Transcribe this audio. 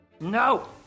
No